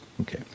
Okay